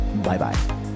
Bye-bye